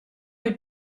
les